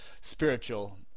spiritual